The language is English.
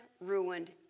ruined